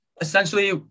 essentially